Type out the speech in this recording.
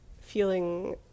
feeling